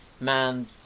man